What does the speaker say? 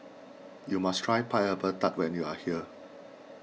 you must try Pineapple Tart when you are here